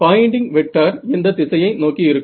pointing vector எந்த திசையை நோக்கி இருக்கும்